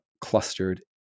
clustered